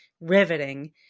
riveting